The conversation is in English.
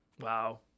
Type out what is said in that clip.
Wow